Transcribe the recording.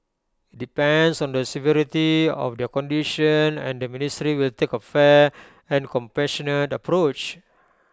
depends on the severity of their condition and the ministry will take A fair and compassionate approach